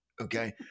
Okay